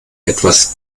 etwas